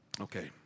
Okay